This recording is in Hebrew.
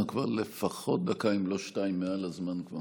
אנחנו כבר לפחות דקה אם לא שתיים מעל הזמן.